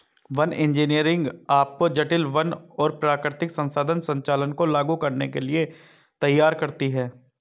one engineering आपको जटिल वन और प्राकृतिक संसाधन संचालन को लागू करने के लिए तैयार करती है